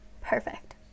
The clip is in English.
perfect